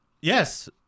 Yes